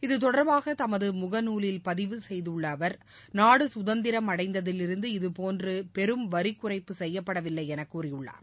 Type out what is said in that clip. இது தொடர்பாக தமது முகநூலில் பதிவு செய்துள்ள அவர் நாடு சுதந்திரம் அடைந்ததிலிருந்து இதுபோன்று பெரும் வரிகுறைப்பு செய்யப்படவில்லை என கூறியுள்ளார்